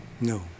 No